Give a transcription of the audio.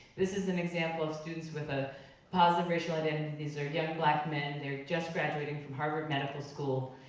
this is an example of students with a positive racial identity. these are young black men, they're just graduating from harvard medical school.